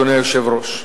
אדוני היושב-ראש.